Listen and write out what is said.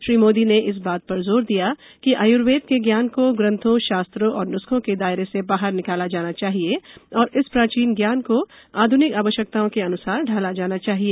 श्री मोदी ने इस बात पर जोर दिया कि आयुर्वेद के ज्ञान को ग्रंथों शास्त्रों और नुस्खों के दायरे से बाहर निकाला जाना चाहिए और इस प्राचीन ज्ञान को आध्रनिक आवश्यकताओं के अनुसार ढाला जाना चाहिए